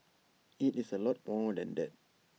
IT is A lot more than that